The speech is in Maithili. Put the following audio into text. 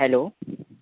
हेल्लो